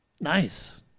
Nice